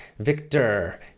Victor